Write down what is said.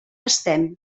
estem